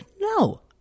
no